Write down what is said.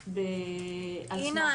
אינה,